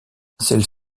celles